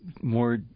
more